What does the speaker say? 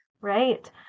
right